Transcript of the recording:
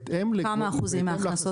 כמה אחוזים מההכנסות?